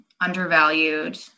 undervalued